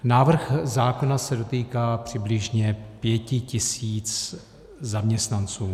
Návrh zákona se dotýká přibližně pěti tisíc zaměstnanců.